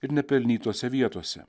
ir nepelnytose vietose